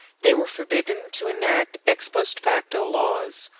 they were forbidden to enact ex post facto laws,